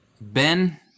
Ben